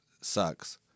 sucks